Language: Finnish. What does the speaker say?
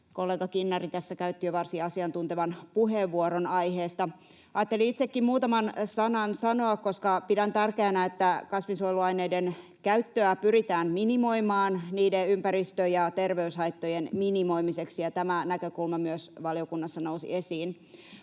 Kinnari tässä jo käytti varsin asiantuntevan puheenvuoron aiheesta. Ajattelin itsekin muutaman sanan sanoa, koska pidän tärkeänä, että kasvinsuojeluaineiden käyttöä pyritään minimoimaan niiden ympäristö‑ ja terveyshaittojen minimoimiseksi, ja tämä näkökulma myös valiokunnassa nousi esiin.